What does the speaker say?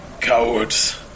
Cowards